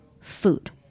food